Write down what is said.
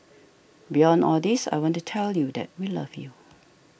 beyond all this I want to tell you that we love you